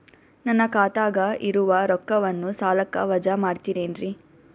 ನನ್ನ ಖಾತಗ ಇರುವ ರೊಕ್ಕವನ್ನು ಸಾಲಕ್ಕ ವಜಾ ಮಾಡ್ತಿರೆನ್ರಿ?